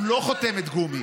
הוא חותמת גומי.